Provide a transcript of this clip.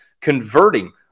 converting